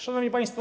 Szanowni Państwo!